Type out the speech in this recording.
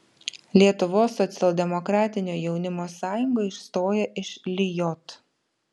lietuvos socialdemokratinio jaunimo sąjunga išstoja iš lijot